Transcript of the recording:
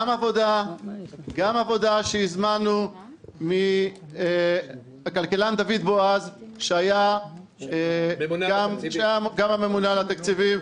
גם עבודה שהזמנו מהכלכלן דוד בועז שהיה הממונה על התקציבים,